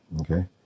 okay